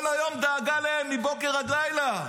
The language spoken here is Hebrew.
כל היום דאגה להם, מבוקר עד לילה.